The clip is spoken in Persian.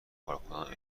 کارکنان